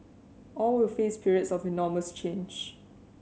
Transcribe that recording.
all will face periods of enormous change